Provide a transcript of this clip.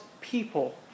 people